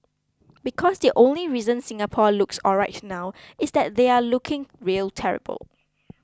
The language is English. because the only reason Singapore looks alright now is that they are looking real terrible